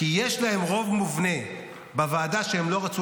כי יש להם רוב מובנה בוועדה שהם לא רצו